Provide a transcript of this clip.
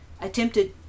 attempted